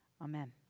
Amen